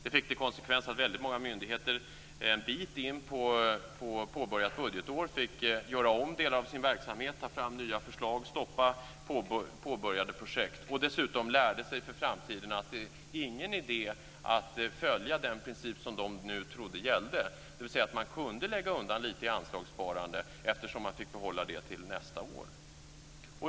Det fick till konsekvens att väldigt många myndigheter en bit in på påbörjat budgetår fick göra om delar av sin verksamhet, ta fram nya förslag och stoppa påbörjade projekt. Dessutom lärde de sig för framtiden att det inte är någon idé att följa den princip som de nu trodde gällde, dvs. att man kunde lägga undan lite i anslagssparande, eftersom man fick behålla det till nästa år.